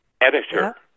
editor